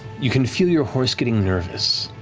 you can feel your horse getting nervous.